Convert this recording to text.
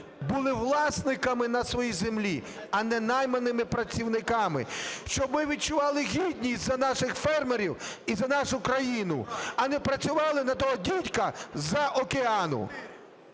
були власниками на своїй землі, а не найманими працівниками. Щоб ми відчували гідність за наших фермерів і за нашу країну, а не працювали на того дідька з-за океану.